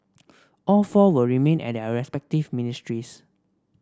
all four will remain at their respective ministries